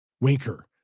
Winker